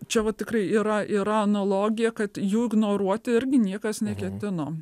čia vat tikrai yra yra analogija kad jų ignoruoti irgi niekas neketino